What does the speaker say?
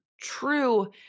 true